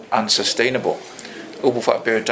unsustainable